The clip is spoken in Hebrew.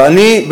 ואני,